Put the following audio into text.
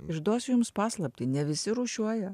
išduosiu jums paslaptį ne visi rūšiuoja